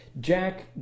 Jack